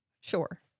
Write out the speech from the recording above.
Sure